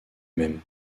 même